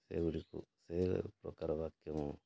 ସେଗୁଡ଼ିକୁ ସେ ପ୍ରକାର ବାକ୍ୟ